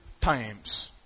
times